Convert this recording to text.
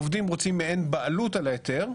עובדים רוצים מעין בעלות על ההיתר,